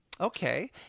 Okay